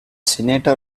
senator